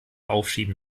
aufschieben